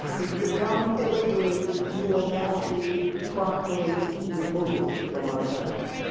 if you come illegally, you will now be promptly removed from our country.